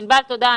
ענבל, תודה.